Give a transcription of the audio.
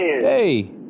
hey